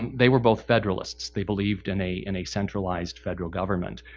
they were both federalists. they believed in a in a centralized federal government.